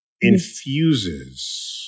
infuses